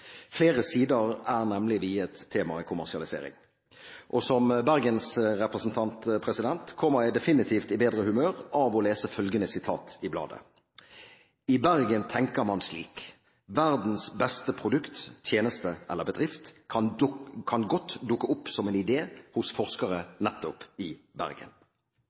Flere sider er nemlig viet temaet kommersialisering. Og som bergensrepresentant kommer jeg definitivt i bedre humør av å lese følgende sitat i bladet: «I Bergen tenker man slik: Verdens beste produkt, tjeneste eller bedrift kan godt dukke opp som en idé hos forskere i nettopp Bergen.» Artikkelen som innledes med disse ordene, tar for seg Bergen